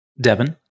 Devin